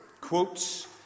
Quotes